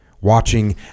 watching